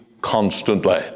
constantly